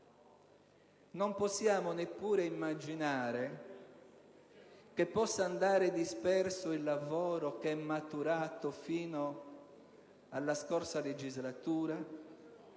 Non possiamo neppure immaginare che possa andare disperso il lavoro maturato fino alla scorsa legislatura,